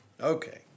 Okay